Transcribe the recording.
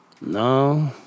No